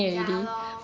ya lor